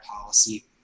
policy